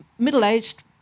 middle-aged